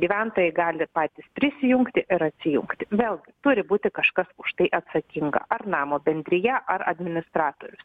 gyventojai gali patys prisijungti ir atsijungti vėl turi būti kažkas už tai atsakinga ar namo bendrija ar administratorius